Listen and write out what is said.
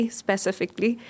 specifically